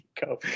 go